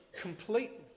completely